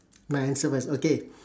my answer first okay